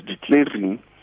declaring